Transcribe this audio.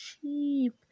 cheap